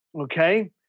Okay